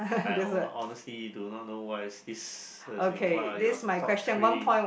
I honestly do not what is this what are your top three